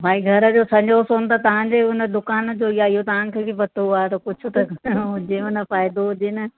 भाई घर जो सॼो सोन त तव्हांजे उन दुकानु जो ई आहे इहो तव्हांखे बि पतो आहे त कुझु त करणो हुजेव न फ़ाइदो हुजे न